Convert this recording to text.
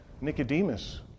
Nicodemus